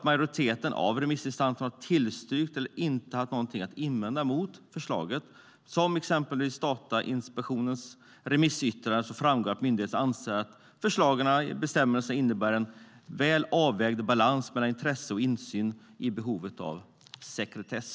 Majoriteten av remissinstanserna har tillstyrkt eller inte haft något att invända mot förslaget. I exempelvis Datainspektionens remissyttrande framgår att myndigheten anser att de föreslagna bestämmelserna innebär en väl avvägd balans mellan intresse av insyn och behovet av sekretess.